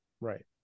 Right